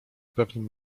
pewnym